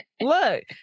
Look